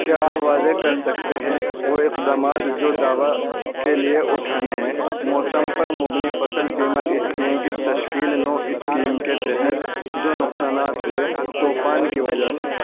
کیا آپ واضح کر سکتے ہیں وہ اقدامات جو دعوی کے لیے اٹھانے ہے موسم پر مبنی فصل بیمہ اسکیم کی تشکیل نو اسکیم کے تحت جو نقصانات ہوئے طوفان کی وجہ سے